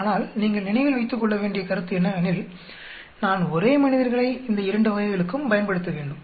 ஆனால் நீங்கள் நினைவில் வைத்துக்கொள்ளவேண்டிய கருத்து என்னவெனில் நான் ஒரே மனிதர்களை இந்த இரண்டு வகைகளுக்கும் பயன்படுத்தவேண்டும்